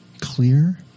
clear